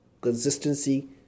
consistency